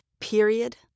period